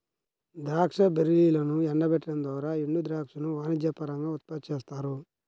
ద్రాక్ష బెర్రీలను ఎండబెట్టడం ద్వారా ఎండుద్రాక్షను వాణిజ్యపరంగా ఉత్పత్తి చేస్తారు